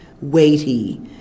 weighty